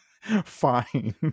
Fine